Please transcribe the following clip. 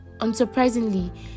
Unsurprisingly